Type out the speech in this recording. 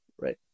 right